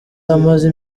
amaze